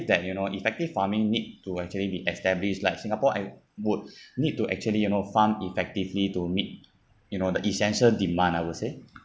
that you know effective farming need to actually be established like singapore I would need to actually you know farm effectively to meet you know the essential demand I will say